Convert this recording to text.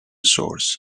source